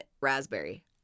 raspberry